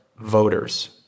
voters